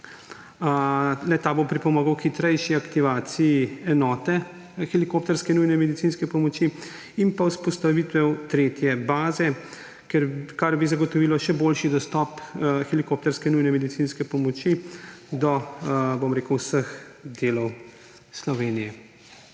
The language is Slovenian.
ta bo pripomogel k hitrejši aktivaciji enote helikopterske nujne medicinske pomoči ‒ in pa vzpostavitev tretje baze, kar bi zagotovilo še boljši dostop helikopterske nujne medicinske pomoči do vseh delov Slovenije.